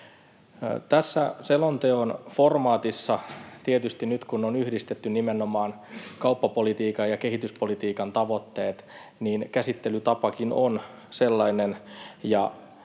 Tässä selonteon formaatissa tietysti nyt, kun on yhdistetty nimenomaan kauppapolitiikan ja kehityspolitiikan tavoitteet, käsittelytapakin on sellainen,